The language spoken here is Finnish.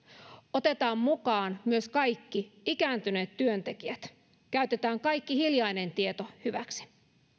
otetaan mukaan myös kaikki ikääntyneet työntekijät käytetään kaikki hiljainen tieto hyväksi